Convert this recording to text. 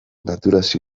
naturaz